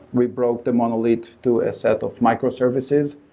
we broke the monolith to a set of microservices,